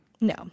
No